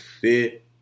fit